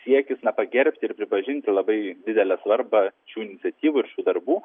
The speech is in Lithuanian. siekis pagerbti ir pripažinti labai didelę svarbą šių iniciatyvų ir šių darbu